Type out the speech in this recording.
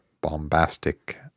bombastic